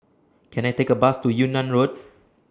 Can I Take A Bus to Yunnan Road